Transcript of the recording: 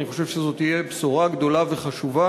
אני חושב שזו תהיה בשורה גדולה וחשובה.